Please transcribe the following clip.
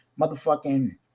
motherfucking